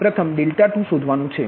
પ્રથમ તમારે 2 શોધવાનુ છે